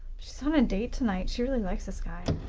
so um a date tonight, she really likes this guy.